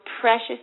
precious